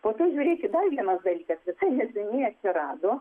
po to žiūrėkit dar vienas dalykas visai neseniai atsirado